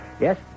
Yes